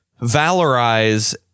valorize